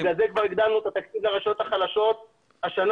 לכן כבר הגדלנו את התקציב לרשויות החלשות השנה